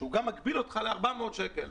שהוא מגביל אותך ל-400 שקל.